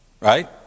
Right